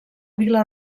vil·la